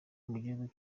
mugihugu